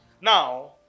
now